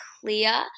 clear